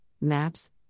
maps